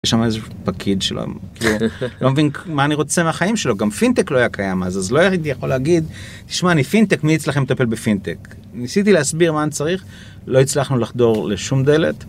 יש שם איזשהו פקיד שלא, לא מבין מה אני רוצה מהחיים שלו, גם פינטק לא היה קיים אז אז לא הייתי יכול להגיד תשמע אני פינטק, מי אצלכם מטפל בפינטק? ניסיתי להסביר מה אני צריך, לא הצלחנו לחדור לשום דלת.